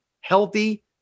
healthy